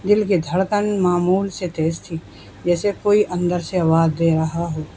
دل کے دھڑکن معمول سے تیز تھی جیسے کوئی اندر سے آواز دے رہا ہو